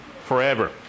forever